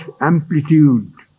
amplitude